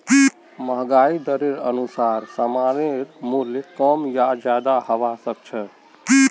महंगाई दरेर अनुसार सामानेर मूल्य कम या ज्यादा हबा सख छ